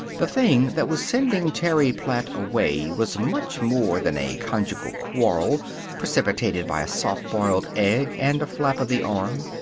the thing that was sending terry platt away was much more than a conjugal quarrel precipitated by a soft-boiled egg and a flap of the arm.